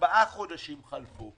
ארבעה חודשים חלפו,